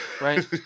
Right